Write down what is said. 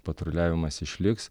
patruliavimas išliks